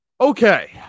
Okay